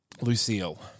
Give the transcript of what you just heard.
Lucille